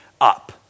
up